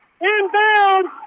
Inbound